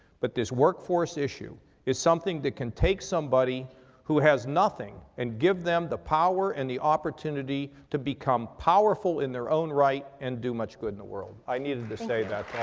but this workforce issue is something that can take somebody who has nothing and give them the power and the opportunity to become powerful in their own right and do much good in the world. i needed to say that.